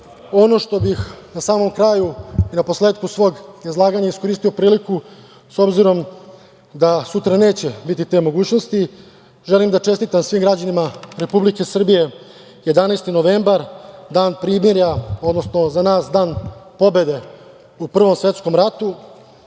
što bih na samom kraju i naposletku svog izlaganja iskoristio priliku, s obzirom da sutra neće biti te mogućnosti, želim da čestitam svim građanima Republike Srbije 11. novembar – Dan primirja, odnosno za nas dan pobede u Prvom svetskom ratu.